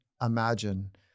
imagine